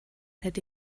hätte